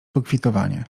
pokwitowanie